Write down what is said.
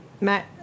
Matt